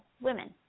women